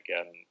again